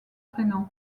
prénom